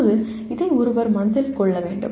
இப்போது இதை ஒருவர் மனதில் கொள்ள வேண்டும்